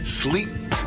sleep